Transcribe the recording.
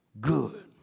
good